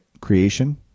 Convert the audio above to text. creation